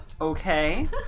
Okay